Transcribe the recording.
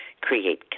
create